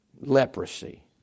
Leprosy